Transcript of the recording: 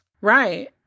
Right